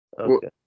Okay